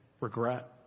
regret